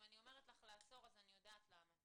אם אני מבקשת ממך לעצור אז אני יודעת למה.